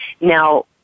Now